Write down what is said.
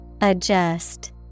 adjust